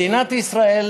מדינת ישראל,